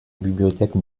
bibliothèque